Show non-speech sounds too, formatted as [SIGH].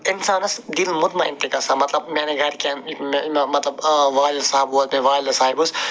اِنسانَس دِل مُطمَعیٖن تہِ گژھان مطلب میٛانٮ۪ن گَرکٮ۪ن مےٚ مےٚ مطلب آو والِد صاحب [UNINTELLIGIBLE] والِدہ صاحِب ٲس